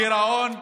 גירעון,